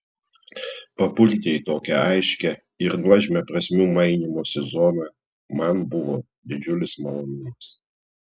papulti į tokią aiškią ir nuožmią prasmių mainymosi zoną man buvo didžiulis malonumas